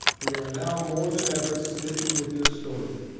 we are now more than ever smitten with your story,